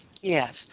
Yes